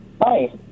Hi